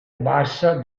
bassa